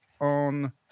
on